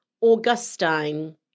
Augustine